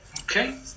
okay